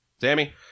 Sammy